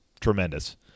tremendous